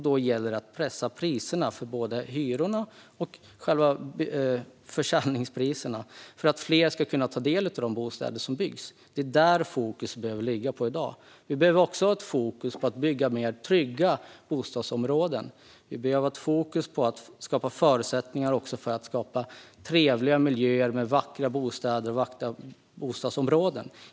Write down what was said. Då gäller det att pressa priserna - det gäller både hyror och försäljningspriser - för att fler ska kunna ta del av de bostäder som byggs. Det är där fokus bör ligga. Vi behöver också ha fokus på att bygga mer trygga bostadsområden. Vi behöver ha fokus på att skapa förutsättningar för trevliga miljöer med vackra bostäder och vackra bostadsområden.